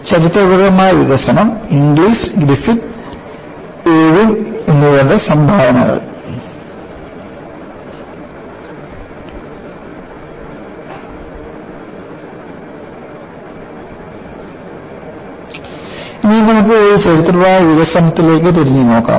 ചരിത്രപരമായ വികസനം Inglis Griffith Irvin എന്നിവരുടെ സംഭാവനകൾ ഇനി നമുക്ക് പോയി ചരിത്രപരമായ വികസനത്തിലേക്ക് തിരിഞ്ഞുനോക്കാം